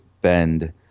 bend